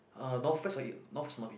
uh north west or